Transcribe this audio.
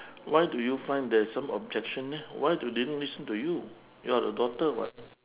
why do you find there is some objection eh why do they don't listen to you you're the daughter [what]